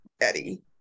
Eddie